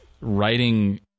writing